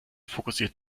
fokussiert